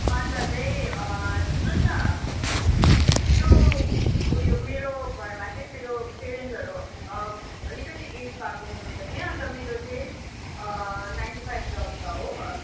अन्त चाहिँ सुन्नुहोस् न त्यो उयो मेरो घरमा चाहिँ मेरो प्यारेन्सहरू अलिकति ए़ज भएको हुनुहुन्छ कि अन्त मेरो चाहिँ नाइन टु फाइभ जब छ हो